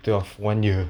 twelve one year